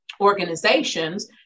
organizations